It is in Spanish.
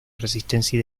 resistencia